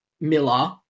miller